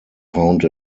found